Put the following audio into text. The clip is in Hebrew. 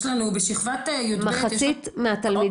בשכבת יב' -- רגע,